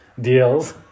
deals